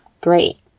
Great